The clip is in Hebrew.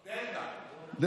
דלתא.